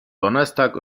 donnerstag